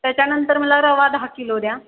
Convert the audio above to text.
त्याच्यानंतर मला रवा दहा किलो द्या